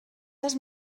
les